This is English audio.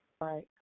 Right